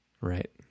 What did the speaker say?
right